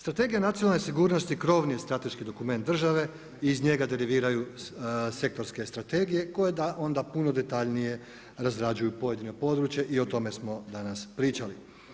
Strategija nacionalne sigurnosti krovni je strateški dokument države i iz njega deriviraju sektorske strategije koje onda puno detaljnije razrađuju pojedina područja i o tome smo danas pričali.